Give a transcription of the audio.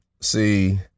See